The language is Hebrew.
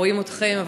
רואים אתכם,